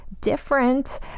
different